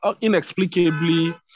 inexplicably